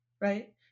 right